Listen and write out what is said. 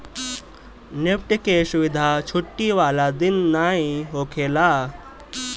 NEFT के सुविधा छुट्टी वाला दिन नाइ होखेला